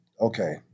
Okay